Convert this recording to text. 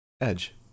Edge